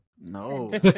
No